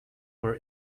were